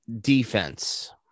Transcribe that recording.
Defense